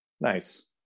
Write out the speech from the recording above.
nice